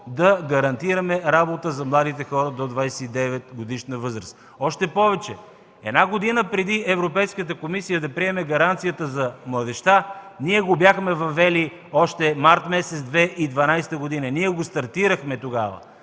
да гарантираме работа за младите хора до 29-годишна възраст. Още повече една година преди Европейската комисия да приеме гаранцията за младежта, ние го бяхме въвели още през март месец 2012 г. Ние го стартирахме тогава